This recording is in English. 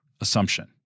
assumption